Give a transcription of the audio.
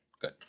Good